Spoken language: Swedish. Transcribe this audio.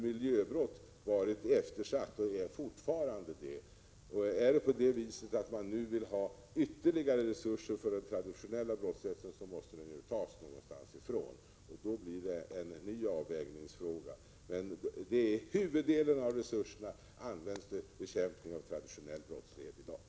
miljöbrott varit eftersatt under lång tid och är det fortfarande. Vill man nu ha ytterligare resurser för den traditionella brottsbekämpningen måste dessa tas någonstans och då blir det en ny avvägningsfråga. Huvuddelen av resurserna används i dag för bekämpning av traditionell brottslighet.